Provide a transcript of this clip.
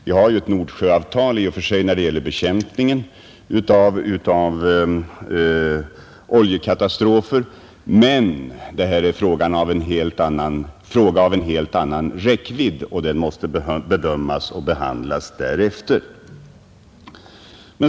Vi har ju ett Nordsjöavtal i och för sig när det gäller bekämpningen av oljekatastrofer, men det här är en fråga av annan räckvidd och den måste bedömas och behandlas därefter.